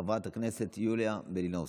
חברת הכנסת יוליה מלינובסקי,